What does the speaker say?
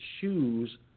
choose